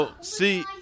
see